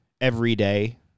everyday